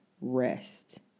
rest